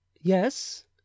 Yes